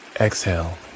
Exhale